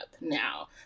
now